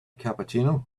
cappuccino